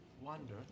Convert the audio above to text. wonder